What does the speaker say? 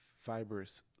Fibrous